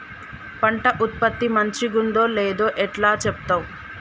పంట ఉత్పత్తి మంచిగుందో లేదో ఎట్లా చెప్తవ్?